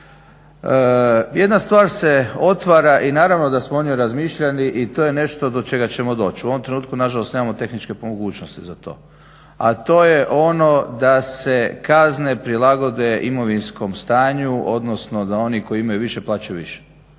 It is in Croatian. Jedna stvar se otvara i naravno da smo o njoj razmišljali i to je nešto do čega ćemo doći. U ovom trenutku nažalost nemamo tehničke mogućnosti za to, a to je ono da se kazne prilagode imovinskom stanju odnosno da oni koji imaju više plaćaju više.